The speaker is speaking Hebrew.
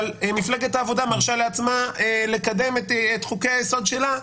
אבל מפלגת העבודה מרשה לעצמה לקדם את חוקי-היסוד שלה,